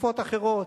בתקופות אחרות.